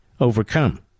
overcome